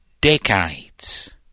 decades